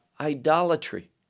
idolatry